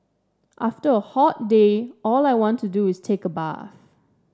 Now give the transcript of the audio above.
after a hot day all I want to do is take a bath